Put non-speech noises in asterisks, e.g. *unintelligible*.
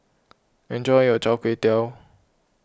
enjoy your Chai *unintelligible*